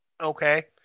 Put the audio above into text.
okay